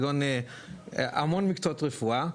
המון מקצועות רפואה,